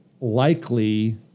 likely